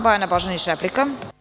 Bojana Božanić, replika.